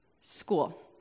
school